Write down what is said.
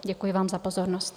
Děkuji vám za pozornost.